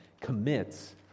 commits